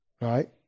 right